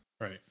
Right